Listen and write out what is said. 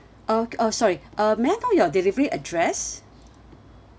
oh oh sorry uh may I know your delivery address